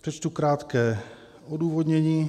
Přečtu krátké odůvodnění.